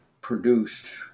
produced